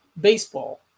baseball